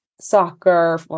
soccer